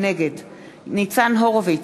נגד ניצן הורוביץ,